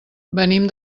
venim